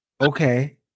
Okay